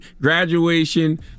graduation